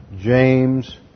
James